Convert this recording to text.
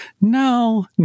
No